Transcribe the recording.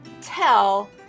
tell